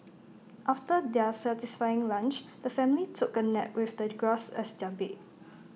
after their satisfying lunch the family took A nap with the grass as their bed